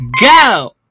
go